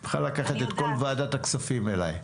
אני מוכן לקחת את כל ועדת הכספים אליי.